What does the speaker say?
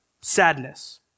sadness